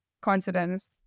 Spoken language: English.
coincidence